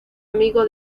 amigo